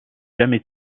jamais